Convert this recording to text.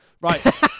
Right